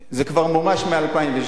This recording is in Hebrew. זה כבר מומש מ-2007.